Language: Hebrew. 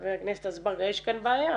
--- חבר הכנסת אזברגה, יש כאן בעיה.